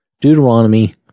Deuteronomy